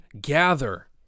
gather